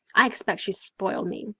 i expect she spoiled me.